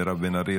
מרב בן ארי,